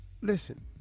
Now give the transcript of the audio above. Listen